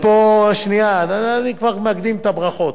שנייה, אני כבר מקדים את הברכות.